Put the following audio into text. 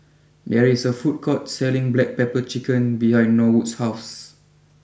there is a food court selling Black Pepper Chicken behind Norwood's house